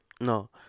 No